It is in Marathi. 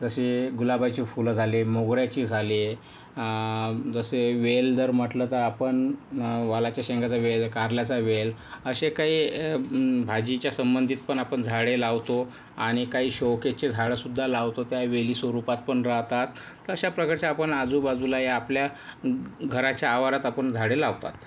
जशी गुलाबाची फुलं झाली मोगऱ्याची झाली जसे वेल जर म्हटलं तर आपण वालाच्या शेंगाचा वेल कारल्याचा वेल असे काही भाजीच्या संबंधित पण आपण झाडे लावतो आणि काही शोकेसचे झाडंसुद्धा लावतो त्या वेली स्वरूपात पण राहतात अशा प्रकारचे आपण आजूबाजूला या आपल्या घराच्या आवारात आपण झाडे लावतात